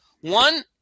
One